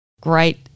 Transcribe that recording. Great